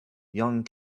young